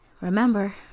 remember